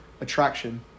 attraction